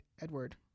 Edward